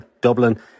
Dublin